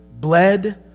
bled